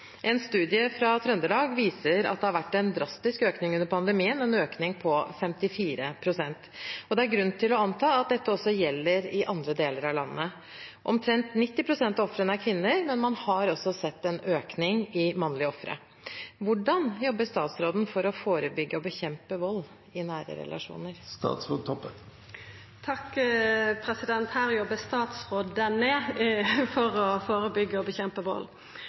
En studie fra Trøndelag viser at det har vært en drastisk økning under pandemien, en økning på 54 pst. Det er grunn til å tro at anta at dette også gjelder andre deler av landet. Omtrent 90 pst. av ofrene er kvinner, men man også sett en økning i mannlige ofre. Hvordan jobber statsråden for å forbygge og bekjempe vold i nære relasjoner?» Her jobbar statsrådane – i fleirtal – for å førebyggja og